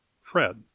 Fred